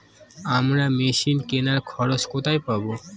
আমরা মেশিন কেনার খরচা কোথায় পাবো?